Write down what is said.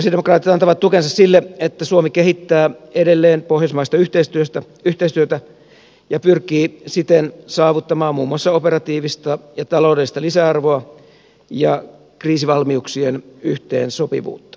sosialidemokraatit antavat tukensa sille että suomi kehittää edelleen pohjoismaista yhteistyötä ja pyrkii siten saavuttamaan muun muassa operatiivista ja taloudellista lisäarvoa ja kriisivalmiuksien yhteensopivuutta